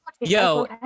Yo